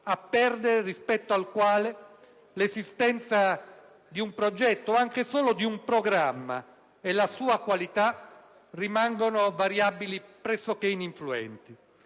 a perdere rispetto al quale l'esistenza di un progetto, anche solo di un programma, e la sua qualità, rimangono variabili pressoché ininfluenti.